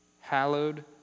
Hallowed